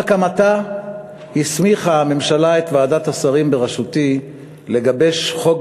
עם הקמתה הסמיכה הממשלה את ועדת השרים בראשותי לגבש חוק